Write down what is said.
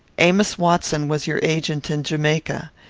amos watson was your agent in jamaica.